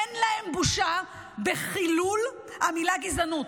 אין להן בושה בחילול המילה גזענות.